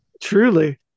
truly